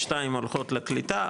שתיים הולכות לקליטה,